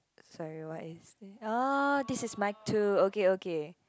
sorry what is oh this is mic two okay okay